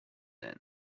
then